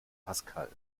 pascal